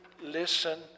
listen